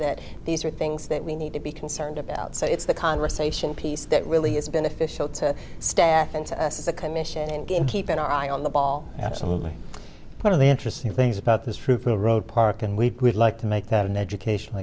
that these are things that we need to be concerned about so it's the conversation piece that really is beneficial to staff and to us as a commission and game keeping our eye on the ball absolutely one of the interesting things about this fruitful road park and we would like to make that an educational